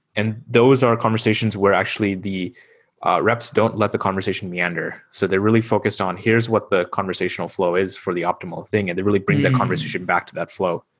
and those are conversations where actually the reps don't let the conversation meander. so they're really focused on here's what the conversational flow is for the optimal thing, and they really bring that conversation back to that flow.